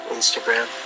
Instagram